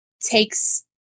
takes